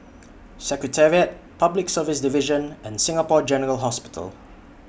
Secretariat Public Service Division and Singapore General Hospital